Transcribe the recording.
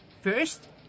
First